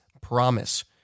promise